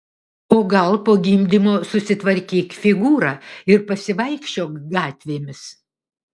o gal po gimdymo susitvarkyk figūrą ir pasivaikščiok gatvėmis